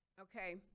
Okay